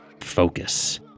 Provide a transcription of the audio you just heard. focus